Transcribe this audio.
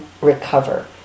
recover